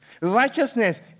Righteousness